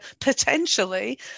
potentially